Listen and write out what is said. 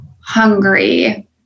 hungry